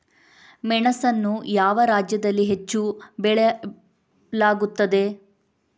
ಮೆಣಸನ್ನು ಯಾವ ರಾಜ್ಯದಲ್ಲಿ ಹೆಚ್ಚು ಬೆಳೆಯಲಾಗುತ್ತದೆ?